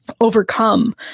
overcome